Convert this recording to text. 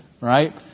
right